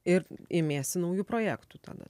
ir imiesi naujų projektų tada